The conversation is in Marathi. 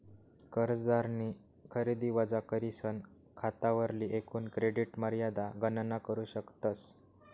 कर्जदारनी खरेदी वजा करीसन खातावरली एकूण क्रेडिट मर्यादा गणना करू शकतस